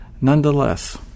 nonetheless